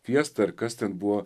fiesta ar kas ten buvo